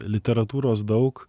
literatūros daug